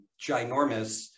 ginormous